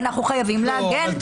ואנחנו חייבים להגן.